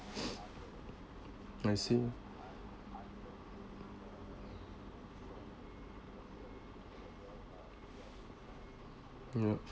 I see yup